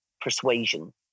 persuasion